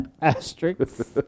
Asterisks